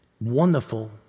wonderful